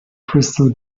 crystal